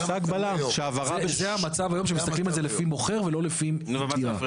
זה המצב היום שמתסכלים על זה לפי מוכר ולא לפי דירה.